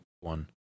one